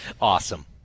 Awesome